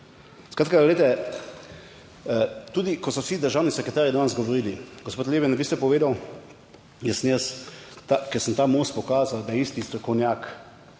Skratka, glejte, tudi, ko so vsi državni sekretarji danes govorili, gospod Leben, vi ste povedal, da sem jaz, ker sem ta most pokazal, da je isti strokovnjak,